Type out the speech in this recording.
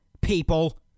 people